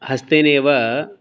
हस्तेन एव